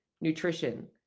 nutrition